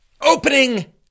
Opening